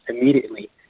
immediately